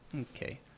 Okay